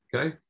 Okay